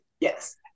Yes